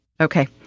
Okay